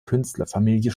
künstlerfamilie